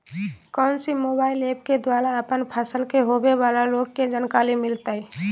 कौन सी mobile app के द्वारा अपन फसल के होबे बाला रोग के जानकारी मिलताय?